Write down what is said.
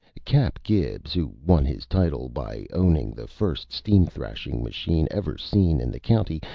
cap gibbs, who won his title by owning the first steam thrashing machine ever seen in the county,